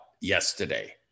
yesterday